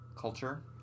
culture